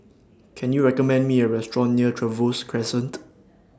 Can YOU recommend Me A Restaurant near Trevose Crescent